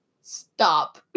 Stop